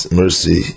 mercy